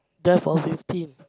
therefore fifteen